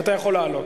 לא,